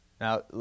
Now